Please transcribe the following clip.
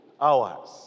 hours